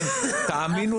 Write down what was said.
בואו נתקדם.